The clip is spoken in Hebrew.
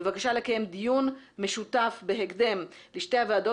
בבקשה לקיים דיון משותף בהקדם לשתי הוועדות